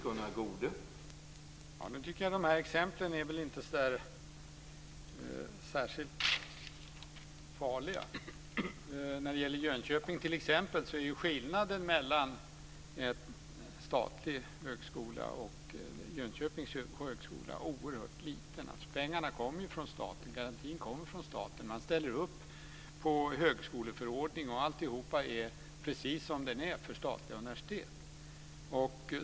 Herr talman! Dessa exempel var ju inte särskilt farliga. Skillnaden mellan en statlig högskola och Jönköpings högskola är ju oerhört liten. Pengarna och garantin kommer från staten. Man ställer upp på högskoleförordningen precis som den gäller för statliga universitet.